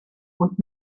und